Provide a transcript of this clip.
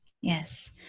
Yes